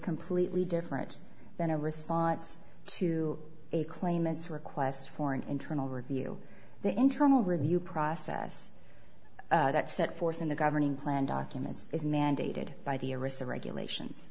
completely different than a response to a claimants request for an internal review the internal review process that set forth in the governing plan documents is mandated by the arista regulations